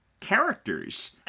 characters